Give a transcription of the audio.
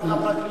פלילי או לא.